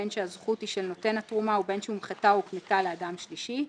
בין שהזכות היא של נותן התרומה ובין שהומחתה או הוקנתה לאדם שלישי,